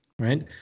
right